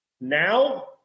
now